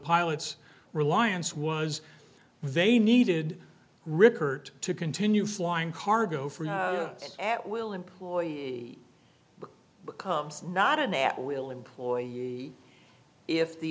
pilots reliance was they needed rickert to continue flying cargo for at will employee becomes not an at will employee if the